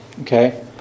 okay